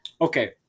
Okay